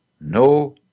No